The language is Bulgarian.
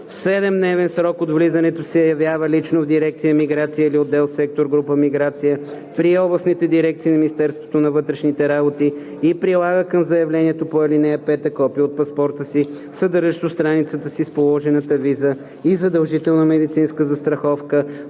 в 7-дневен срок след влизането си се явява лично в дирекция „Миграция“ или в отдел/сектор/група „Миграция“ при областните дирекции на Министерството на вътрешните работи и прилага към заявлението по ал. 5 копие от паспорта си, съдържащо страницата с положената виза, и задължителна медицинска застраховка,